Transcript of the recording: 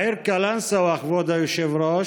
בעיר קלנסווה, כבוד היושב-ראש,